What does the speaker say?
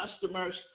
customers